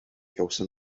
gawson